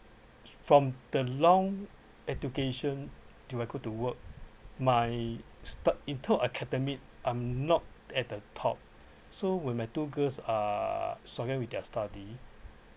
from the long education until I go to work my start in term of academic I'm not at the top so when my two girls are talking with their study